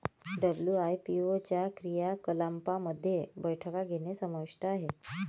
WIPO च्या क्रियाकलापांमध्ये बैठका घेणे समाविष्ट आहे